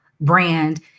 brand